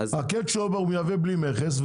הקטשופ ההוא מייבא בלי מכס,